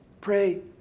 pray